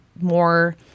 more